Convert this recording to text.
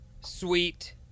sweet